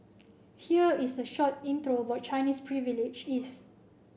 here is a short intro what Chinese Privilege is